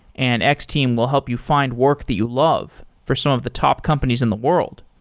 and x-team will help you find work that you love for some of the top companies in the world.